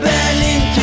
Berlin